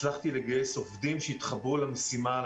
הצלחתי לגייס עובדים שהתחברו למשימה של